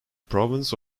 province